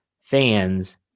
fans